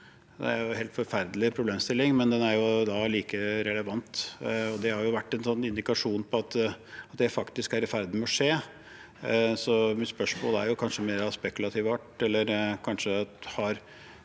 Det er jo en helt forferdelig problemstilling, men den er like relevant. Det har vært en indikasjon på at det faktisk er i ferd med å skje. Så mitt spørsmål er kanskje av mer spekulativ art: Har